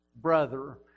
brother